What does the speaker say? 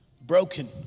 broken